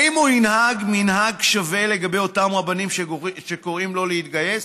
האם הוא ינהג מנהג שווה לגבי אותם רבנים שקוראים לא להתגייס?